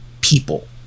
people